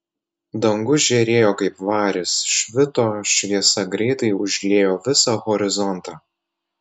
dangus žėrėjo kaip varis švito šviesa greitai užliejo visą horizontą